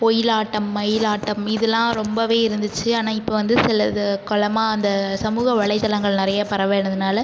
ஒயிலாட்டம் மயிலாட்டம் இதெல்லாம் ரொம்பவே இருந்துச்சு ஆனால் இப்போ வந்து சிலது காலமா அந்த சமூக வலைத்தளங்கள் நிறைய பரவனதுனால